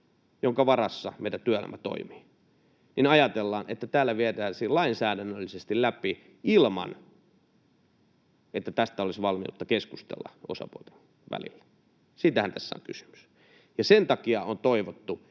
joiden varassa meidän työelämä toimii, lainsäädännöllisesti läpi ilman, että tästä olisi valmiutta keskustella osapuolten välillä. Siitähän tässä on kysymys. Ja sen takia on toivottu,